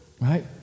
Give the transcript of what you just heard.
Right